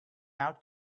out